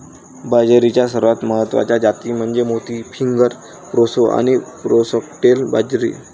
बाजरीच्या सर्वात महत्वाच्या जाती म्हणजे मोती, फिंगर, प्रोसो आणि फॉक्सटेल बाजरी